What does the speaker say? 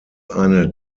eine